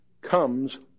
comes